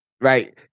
Right